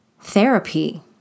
therapy